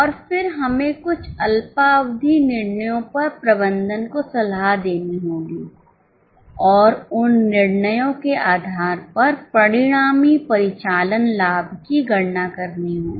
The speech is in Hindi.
और फिर हमें कुछ अल्पावधि निर्णयों पर प्रबंधन को सलाह देनी होगी और उन निर्णयों के आधार पर परिणामी परिचालन लाभ की गणना करनी होगी